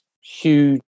huge